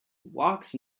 walks